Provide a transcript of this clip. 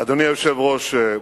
אדוני היושב-ראש,